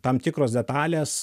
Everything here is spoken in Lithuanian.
tam tikros detalės